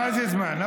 מה זה זמן?